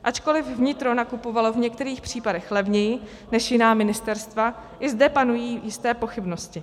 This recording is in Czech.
Ačkoliv vnitro nakupovalo v některých případech levněji než jiná ministerstva, i zde panují jisté pochybnosti.